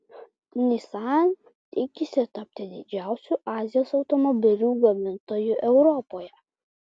nissan tikisi tapti didžiausiu azijos automobilių gamintoju europoje